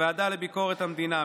בוועדה לביקורת המדינה,